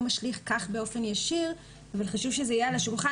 משליך כך באופן ישיר אבל חשוב שזה יהיה על השולחן.